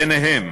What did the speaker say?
וביניהם